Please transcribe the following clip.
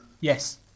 Yes